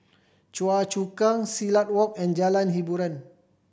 Choa Chu Kang Silat Walk and Jalan Hiboran